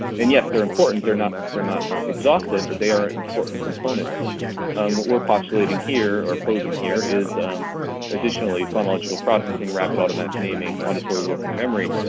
and yes they're important, they're not they're not exhaustive but they are important components. what we're postulating here or posing here is additionally phonological processing, rapid automatic naming, auditory working memory,